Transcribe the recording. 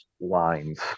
lines